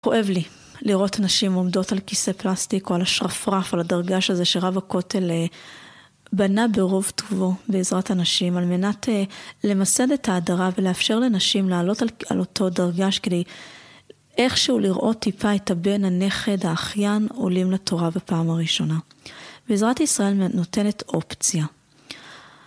כואב לי לראות נשים עומדות על כיסא פלסטיק או על השרפרף, על הדרגש הזה שרב הכותל בנה ברוב טובו בעזרת הנשים על מנת למסד את ההדרה ולאפשר לנשים לעלות על אותו דרגש כדי איכשהו לראות טיפה את הבן, הנכד, האחיין עולים לתורה בפעם הראשונה. בעזרת ישראל נותנת אופציה.